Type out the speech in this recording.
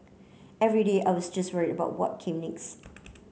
every day I was just worried about what came next